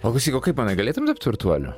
o klausyk o kaip manai galėtum tapt turtuoliu